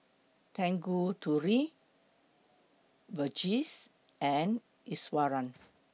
Tanguturi Verghese and Iswaran